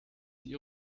ihr